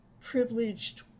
privileged